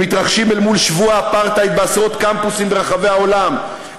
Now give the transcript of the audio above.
הם מתרחשים אל מול שבוע אפרטהייד בעשרות קמפוסים ברחבי העולם,